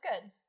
good